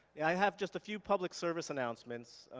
i have just a few public service announcements.